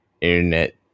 internet